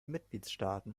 mitgliedstaaten